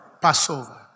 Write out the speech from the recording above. Passover